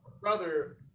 Brother